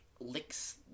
Licks